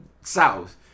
south